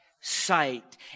sight